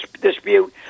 dispute